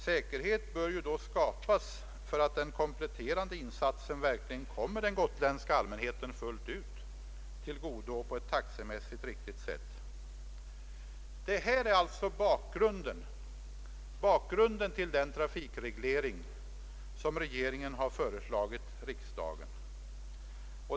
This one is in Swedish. Säkerhet bör ju dock skapas för att den kompletterande insatsen verkligen kommer den gotländska allmänheten fullt ut till godo och det på ett taxemässigt riktigt sätt. Detta är alltså bakgrunden till den trafikreglering som regeringen föreslagit riksdagen.